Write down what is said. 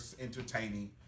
entertaining